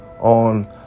on